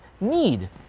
need